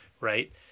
right